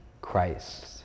Christ